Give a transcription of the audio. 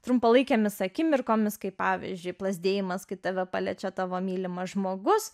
trumpalaikėmis akimirkomis kaip pavyzdžiui plazdėjimas kai tave paliečia tavo mylimas žmogus